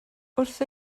wrth